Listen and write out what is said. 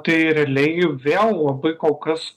tai realiai jų vėl labai kol kas